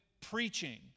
preaching